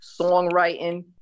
songwriting